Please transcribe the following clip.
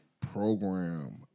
program